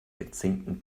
gezinkten